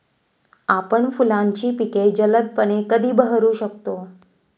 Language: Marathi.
आपण फुलांची पिके जलदपणे कधी बहरू शकतो?